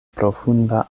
profunda